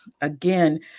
Again